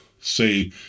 say